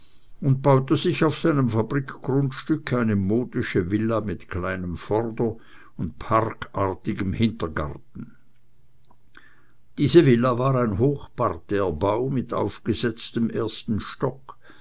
und baute sich auf seinem fabrikgrundstück eine modische villa mit kleinem vorder und parkartigem hintergarten diese villa war ein hochparterrebau mit aufgesetztem ersten stock